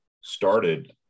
started